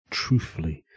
truthfully